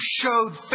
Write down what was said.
showed